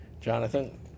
jonathan